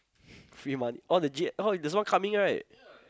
free money all the G oh ya there's one coming right